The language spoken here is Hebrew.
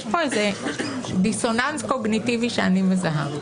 יש פה איזה דיסוננס קוגניטיבי שאני מזהה.